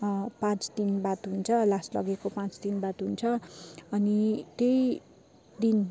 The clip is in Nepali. पाँच दिन बाद हुन्छ लास लगेको पाँच दिन बाद हुन्छ अनि त्यही दिन